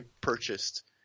purchased